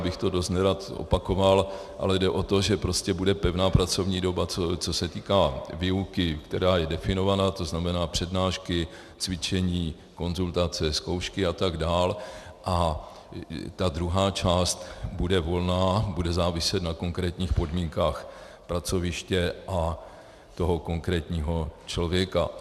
Já bych to dost nerad opakoval, ale jde o to, že bude pevná pracovní doba, co se týká výuky, která je definovaná, tzn. přednášky, cvičení, konzultace, zkoušky atd., a ta druhá část bude volná, bude záviset na konkrétních podmínkách pracoviště a toho konkrétního člověka.